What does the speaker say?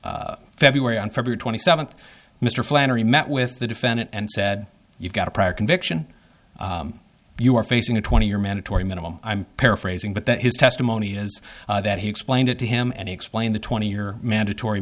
in february on february twenty seventh mr flannery met with the defendant and said you've got a prior conviction you are facing a twenty year mandatory minimum i'm paraphrasing but that his testimony is that he explained it to him and explained the twenty year mandatory